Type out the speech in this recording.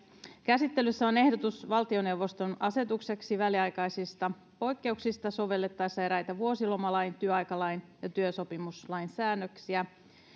käsittelyssä on ehdotus valtioneuvoston asetukseksi väliaikaisista poikkeuksista sovellettaessa eräitä vuosilomalain työaikalain ja työsopimuslain säännöksiä